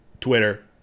Twitter